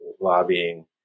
lobbying